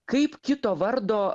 kaip kito vardo